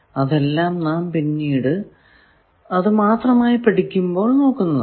അതെല്ലാം നാം പിന്നീട് അത് മാത്രമായി പഠിക്കുമ്പോൾ നോക്കുന്നതാണ്